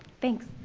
thanks.